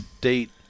date